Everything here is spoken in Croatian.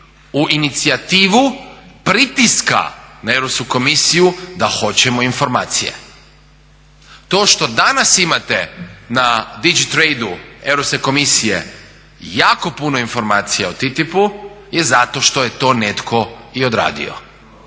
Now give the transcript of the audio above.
u inicijativu pritiska na Europsku komisiju da hoćemo informacije. To što danas imate na GD trade Europske komisije jako puno informacija o TTIP-u je zato što je to netko odradio.